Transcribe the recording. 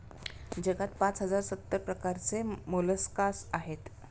जगात पाच हजार सत्तर प्रकारचे मोलस्कास आहेत